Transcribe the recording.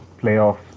playoff